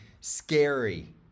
Scary